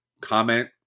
comment